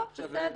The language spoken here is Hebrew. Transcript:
טוב, בסדר.